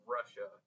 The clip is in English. Russia